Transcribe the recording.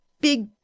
big